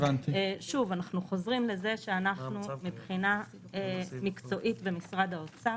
שוב אנחנו חוזרים לזה שאנחנו מבחינה מקצועית במשרד האוצר,